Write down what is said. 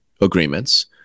agreements